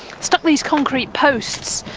stuck these concrete posts,